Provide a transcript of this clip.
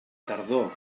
tardor